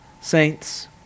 Saints